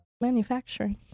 Manufacturing